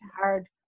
hard